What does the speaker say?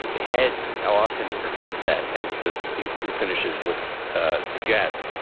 heads off into the sunset as those these two finishes would suggest.